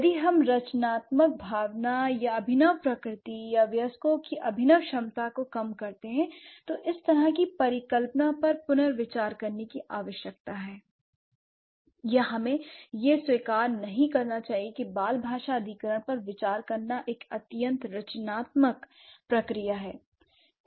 यदि हम रचनात्मक भावना या अभिनव प्रकृति या वयस्कों की अभिनव क्षमता को कम करते हैं तो इस तरह की परिकल्पना पर पुनर्विचार करने की आवश्यकता है l या हमें यह स्वीकार नहीं करना चाहिए कि बाल भाषा अधिग्रहण पर विचार करना एक अत्यंत रचनात्मक प्रक्रिया है